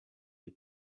you